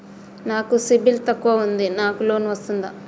నాకు సిబిల్ తక్కువ ఉంది నాకు లోన్ వస్తుందా?